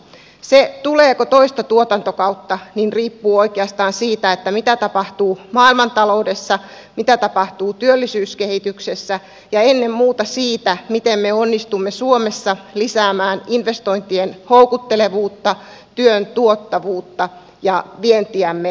se tuleeko toista tuotantokautta riippuu oikeastaan siitä mitä tapahtuu maailmantaloudessa mitä tapahtuu työllisyyskehityksessä ja ennen muuta siitä miten me onnistumme suomessa lisäämään investointien houkuttelevuutta työn tuottavuutta ja vientiämme maailmalle